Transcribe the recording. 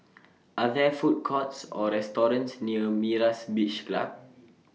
Are There Food Courts Or restaurants near Myra's Beach Club